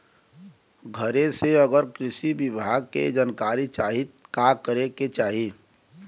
घरे से अगर कृषि विभाग के जानकारी चाहीत का करे के चाही?